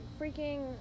freaking